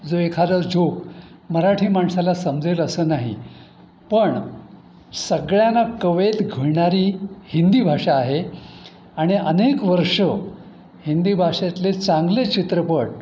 जो एखादा जोक मराठी माणसाला समजेल असं नाही पण सगळ्यांना कवेत घेणारी हिंदी भाषा आहे आणि अनेक वर्ष हिंदी भाषेतले चांगले चित्रपट